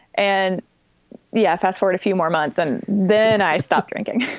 and the. yeah fast forward a few more months. and then i stopped drinking